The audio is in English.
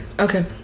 Okay